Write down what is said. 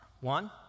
One